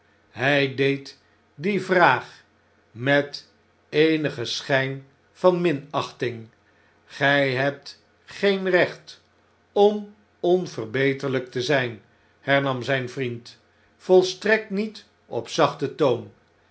hjj deed die vraag met eenigen schyn van minachting gij hebt geen recht om onverbeterhjktezp hernam zp vriend volstrekt niet op zachten toon